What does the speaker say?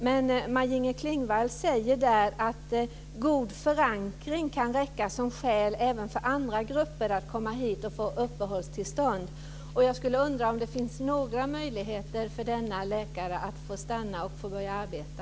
Men Maj-Inger Klingvall säger där att god förankring kan räcka som skäl även för andra grupper att komma hit och få uppehållstillstånd. Jag undrar om det finns några möjligheter för denna läkare att få stanna och få börja arbeta.